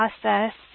process